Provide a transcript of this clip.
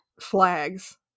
flags